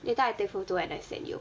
later I take photo and then send you